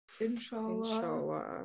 Inshallah